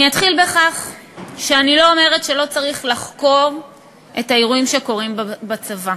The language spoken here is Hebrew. אני אתחיל בכך שאני לא אומרת שלא צריך לחקור את האירועים שקורים בצבא.